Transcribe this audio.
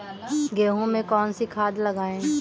गेहूँ में कौनसी खाद लगाएँ?